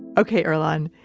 okay earlonne,